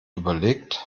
überlegt